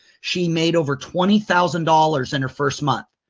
she made over twenty thousand dollars in her first month,